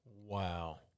Wow